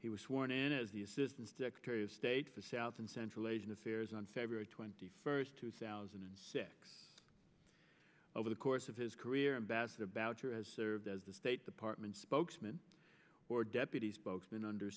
he was sworn in as the assistance victorious state the south and central asian affairs on february twenty first two thousand and six over the course of his career in bass the boucher as served as the state department spokesman or deputy spokesman under